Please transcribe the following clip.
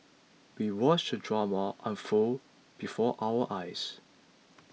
we watched the drama unfold before our eyes